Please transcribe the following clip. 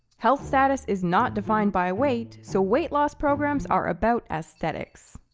health status is not defined by weight, so weight loss programs are about aesthetics.